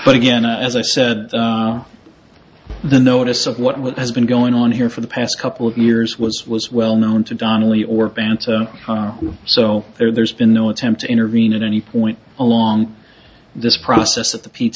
but again as i said the notice of what has been going on here for the past couple of years was was well known to donnelly or pants so there's been no attempt to intervene at any point along this process at the pe